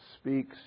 speaks